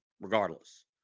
regardless